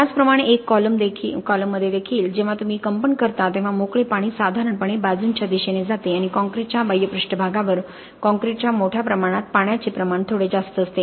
त्याचप्रमाणे एका कॉलम मध्ये देखील जेव्हा तुम्ही कंपन करता तेव्हा मोकळे पाणी साधारणपणे बाजूंच्या दिशेने जाते आणि काँक्रीटच्या बाह्य पृष्ठभागावर काँक्रीटच्या मोठ्या प्रमाणात पाण्याचे प्रमाण थोडे जास्त असते